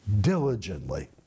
Diligently